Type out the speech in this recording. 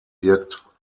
birgt